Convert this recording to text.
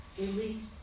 elite